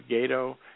Gato